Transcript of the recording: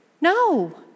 No